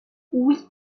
oui